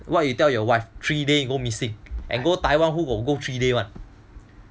what you tell your wife three day go missing and go Taiwan who got go three day [one]